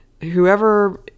whoever